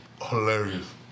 hilarious